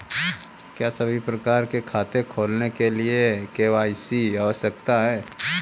क्या सभी प्रकार के खाते खोलने के लिए के.वाई.सी आवश्यक है?